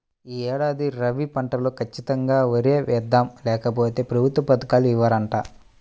యీ ఏడాది రబీ పంటలో ఖచ్చితంగా వరే యేద్దాం, లేకపోతె ప్రభుత్వ పథకాలు ఇవ్వరంట